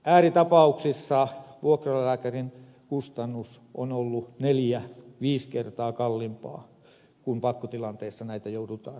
ääritapauksissa vuokralääkärin kustannus on ollut neljä viisi kertaa kalliimpaa kun pakkotilanteessa näitä joudutaan tekemään